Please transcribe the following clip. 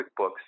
QuickBooks